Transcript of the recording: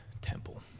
temple